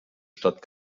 stadt